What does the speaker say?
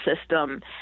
system